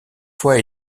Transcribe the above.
fois